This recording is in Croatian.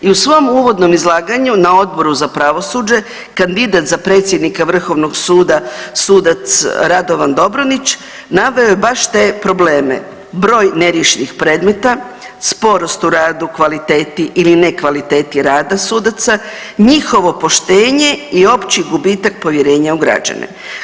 I u svom uvodnom izlaganju na Odboru za pravosuđe kandidat za predsjednika vrhovnog suda sudac Radovan Dobronić naveo je baš te probleme, broj neriješenih predmeta, sporost u radu, kvaliteti ili ne kvaliteti rada sudaca, njihovo poštenje i opći gubitak povjerenja u građane.